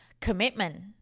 commitment